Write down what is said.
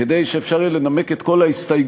כדי שאפשר יהיה לנמק את כל ההסתייגויות,